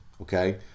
okay